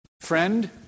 friend